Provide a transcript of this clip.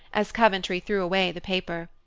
as coventry threw away the paper.